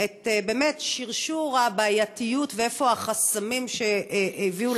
את שרשור הבעייתיות ואיפה החסמים שהביאו